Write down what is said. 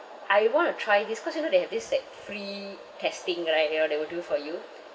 I want to try this cause you know they have this like free testing right you know they will do it for you